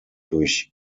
durch